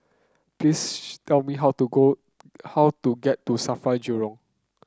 please tell me how to go how to get to Safra Jurong